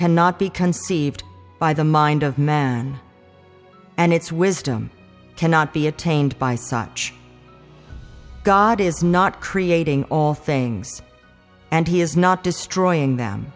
cannot be conceived by the mind of man and its wisdom cannot be attained by such a god is not creating all things and he is not destroying them